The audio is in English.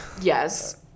Yes